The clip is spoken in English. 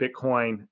Bitcoin